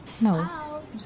no